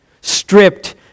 stripped